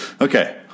okay